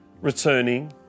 returning